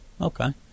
Okay